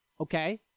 Okay